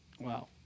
Wow